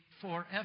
forever